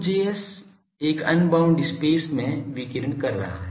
तो 2J एक unbound space में विकीर्ण कर रहा है